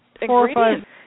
ingredients